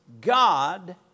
God